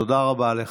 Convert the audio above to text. תודה רבה לך.